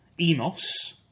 enos